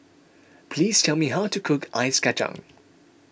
please tell me how to cook Ice Kachang